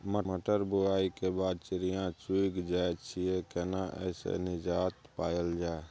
मटर बुआई के बाद चिड़िया चुइग जाय छियै केना ऐसे निजात पायल जाय?